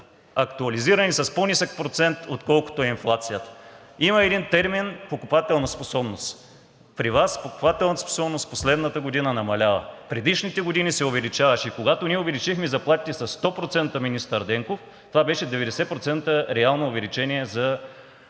актуализирани с по-нисък процент, отколкото е инфлацията. Има един термин „покупателна способност“. При Вас покупателната способност в последната година намалява. В предишните години се увеличаваше и когато ние увеличихме заплатите със 100%, министър Денков, това беше 90% реално увеличение за